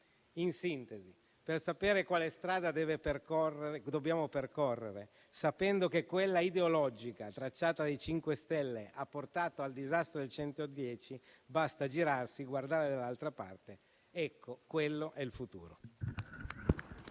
In sintesi, per sapere quale strada dobbiamo percorrere, sapendo che quella ideologica tracciata dai 5 Stelle ha portato al disastro del superbonus al 110 per cento, basta girarsi e guardare dall'altra parte. Ecco, quello è il futuro.